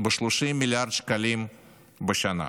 ב-30 מיליארד שקלים בשנה.